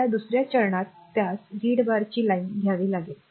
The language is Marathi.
त्या दुसर्या चरणात त्यास रिड बारची लाइन घ्यावी लागेल